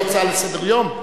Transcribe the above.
זה הופך להיות הצעה לסדר-יום?